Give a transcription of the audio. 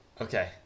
Okay